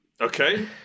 Okay